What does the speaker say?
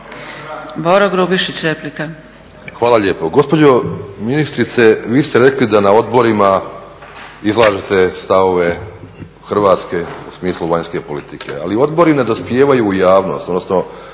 Boro (HDSSB)** Hvala lijepo. Gospođo ministrice, vi ste rekli da na odborima izlažete stavove Hrvatska u smislu vanjske politike, ali odbori ne dospijevaju u javnost,